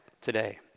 today